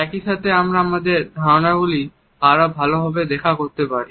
একই সাথে আমরা আমাদের ধারণা গুলি আরো ভালোভাবে দেখা করতে পারি